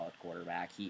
quarterback